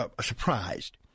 surprised